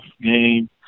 game